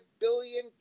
billion